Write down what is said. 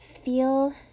Feel